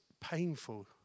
painful